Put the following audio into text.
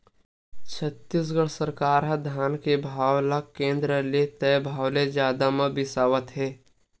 छत्तीसगढ़ सरकार ह धान के भाव ल केन्द्र के तय भाव ले जादा म बिसावत हे